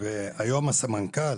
האלה והיום הסמנכ"ל